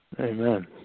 Amen